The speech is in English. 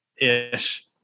ish